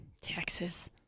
Taxes